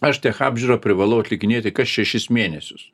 aš tech apžiūrą privalau atlikinėti kas šešis mėnesius